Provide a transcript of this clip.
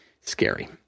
scary